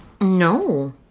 No